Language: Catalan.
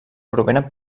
provenen